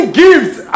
gifts